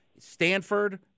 Stanford